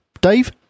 Dave